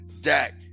Dak